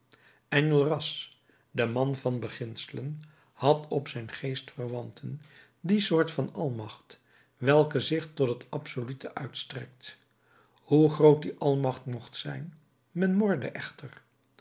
enjolras de man van beginselen had op zijn geestverwanten die soort van almacht welke zich tot het absolute uitstrekt hoe groot die almacht mocht zijn men morde echter